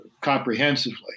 comprehensively